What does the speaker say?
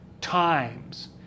times